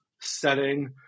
setting